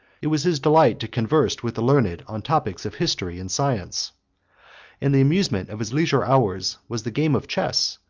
it was his delight to converse with the learned on topics of history and science and the amusement of his leisure hours was the game of chess,